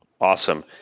Awesome